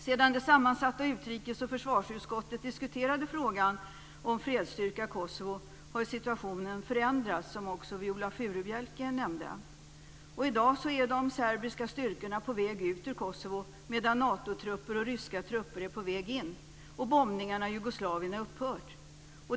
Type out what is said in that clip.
Sedan det sammansatta utrikes och försvarsutskottet diskuterade frågan om fredsstyrka i Kosovo har ju situationen förändrats, såsom också Viola Furubjelke nämnde. I dag är de serbiska styrkorna på väg ut ur Kosovo medan Natotrupper och ryska trupper är på väg in, och bombningarna i Jugoslavien har upphört.